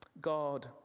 God